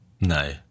no